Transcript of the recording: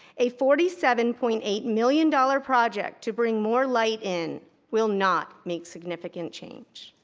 a forty seven point eight million dollars project to bring more light in will not make significant change.